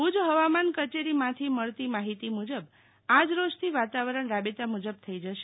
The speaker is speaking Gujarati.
ભુજ હવામાન કચેરીમાથી મળતી માહિતી મુજબ આજ રોજ વાતાવરણ રાબેતા મજબ થઈ જશે